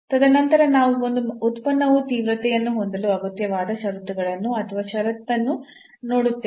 ತದನಂತರ ನಾವು ಒಂದು ಉತ್ಪನ್ನವು ತೀವ್ರತೆಯನ್ನು ಹೊಂದಲು ಅಗತ್ಯವಾದ ಷರತ್ತುಗಳನ್ನು ಅಥವಾ ಷರತ್ತನ್ನು ನೋಡುತ್ತೇವೆ